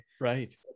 Right